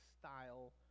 style